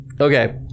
Okay